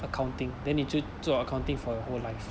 accounting then 你就做 accounting for your whole life